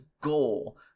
goal